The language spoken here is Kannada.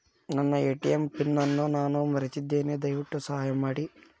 ನನ್ನ ಎ.ಟಿ.ಎಂ ಪಿನ್ ಅನ್ನು ನಾನು ಮರೆತಿದ್ದೇನೆ, ದಯವಿಟ್ಟು ಸಹಾಯ ಮಾಡಿ